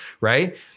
right